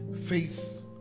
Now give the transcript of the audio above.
Faith